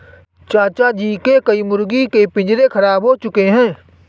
चाचा जी के कई मुर्गी के पिंजरे खराब हो चुके हैं